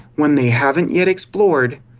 one they haven't yet explored,